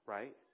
Right